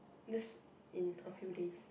this in a few days